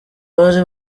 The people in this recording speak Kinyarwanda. bari